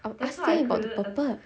I was asking about the purpose